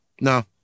No